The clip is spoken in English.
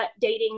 dating